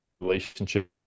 relationship